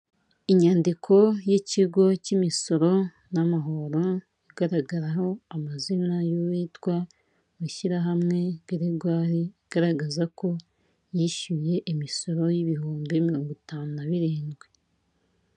Inyandiko y'ikigo cy'imisoro n'amahoro igaragaraho amazina y'uwitwa Ishyirahamwe Gregoire igaragaza ko yishyuye imisoro y'ibihumbi mirongo itanu na birindwi.